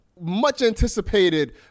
much-anticipated